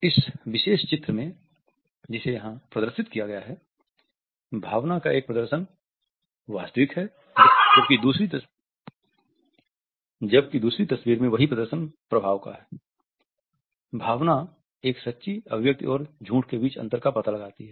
इस विशेष चित्र में जिसे यहाँ प्रदर्शित किया गया है भावना का एक प्रदर्शन वास्तविक है जबकि दूसरी तस्वीर में वही प्रदर्शन प्रभाव का है भावना एक सच्ची अभिव्यक्ति और झूठ के बीच अंतर का पता लगाती है